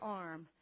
arm